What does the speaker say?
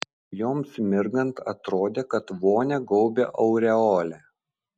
joms mirgant atrodė kad vonią gaubia aureolė